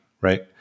Right